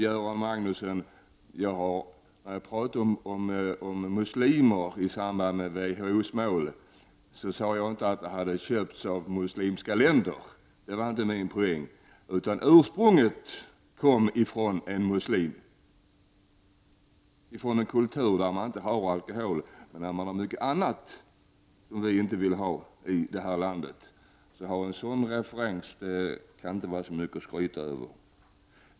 Göran Magnusson, när jag talade om muslimer i samband med WHO-målet, påstod jag inte att produkterna hade köpts av muslimska länder. Det var inte min poäng. Jag sade att ursprunget fanns i muslimsk kultur, där man inte har alkohol men mycket annat som vi inte vill ha i det här landet. Att ha en sådan referens kan inte vara så mycket att skryta över.